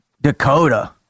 dakota